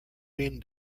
been